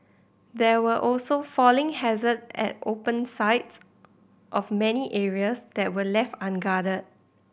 there were also falling hazard at open sides of many areas that were left unguarded